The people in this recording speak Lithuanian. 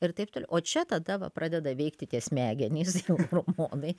ir taip toliau o čia tada va pradeda veikti tie smegenys hormonai